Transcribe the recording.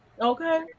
Okay